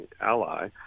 ally